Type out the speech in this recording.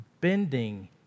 bending